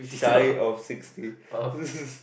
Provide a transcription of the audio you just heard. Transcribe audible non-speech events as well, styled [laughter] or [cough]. shy of sixty [laughs]